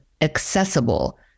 accessible